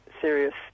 serious